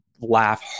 laugh